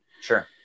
Sure